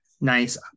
Nice